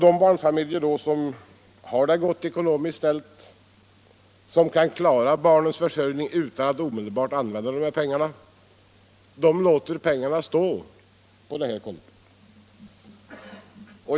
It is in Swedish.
De barnfamiljer som har det ekonomiskt gott ställt och kan klara barnens försörjning utan att omedelbart använda bidragspengarna låter då pengarna stå på kontot.